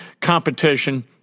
competition